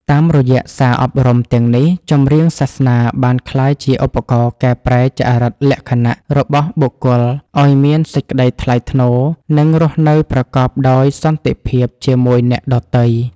តាមរយៈសារអប់រំទាំងនេះ ចម្រៀងសាសនាបានក្លាយជាឧបករណ៍កែប្រែចរិតលក្ខណៈរបស់បុគ្គលឱ្យមានសេចក្តីថ្លៃថ្នូរ និងរស់នៅប្រកបដោយសន្តិភាពជាមួយអ្នកដទៃ។